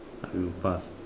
I will pass